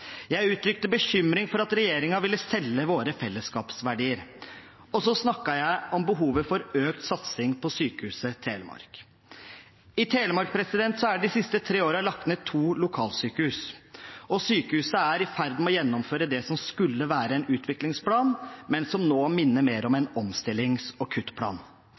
jeg uttrykte bekymring for at regjeringen ville selge våre fellesskapsverdier, og så snakket jeg om behovet for økt satsing på Sykehuset Telemark. I Telemark er det de siste tre årene lagt ned to lokalsykehus, og sykehuset er i ferd med å gjennomføre det som skulle være en utviklingsplan, men som nå minner mer om en omstillings- og kuttplan.